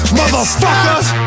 motherfuckers